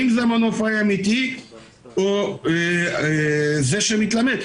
האם זה המנופאי האמתי או זה שמתלמד?